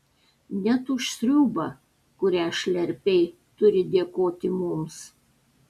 net už sriubą kurią šlerpei turi dėkoti mums